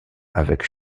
avec